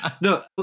No